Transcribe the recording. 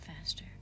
faster